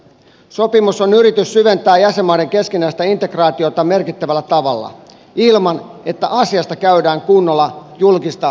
sopimus on yritys syventää jäsenmaiden keskinäistä integraatiota merkittävällä tavalla ilman että asiasta käydään kunnolla julkista keskustelua